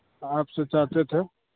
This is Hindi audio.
आपसे चाहते थे